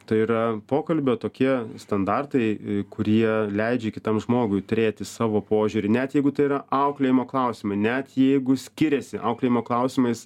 tai yra pokalbio tokie standartai kurie leidžia kitam žmogui turėti savo požiūrį net jeigu tai yra auklėjimo klausimai net jeigu skiriasi auklėjimo klausimais